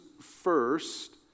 First